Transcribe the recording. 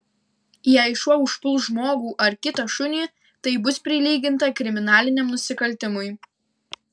jei šuo užpuls žmogų ar kitą šunį tai bus prilyginta kriminaliniam nusikaltimui